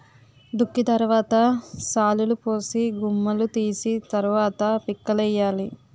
దుక్కి తరవాత శాలులుపోసి గుమ్ములూ తీసి తరవాత పిక్కలేయ్యాలి